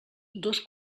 dos